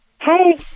hey